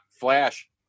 Flash